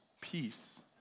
peace